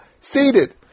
seated